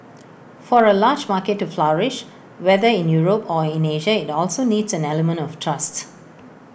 for A large market to flourish whether in Europe or in Asia IT also needs an element of trust